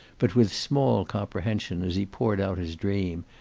but with small comprehension as he poured out his dream,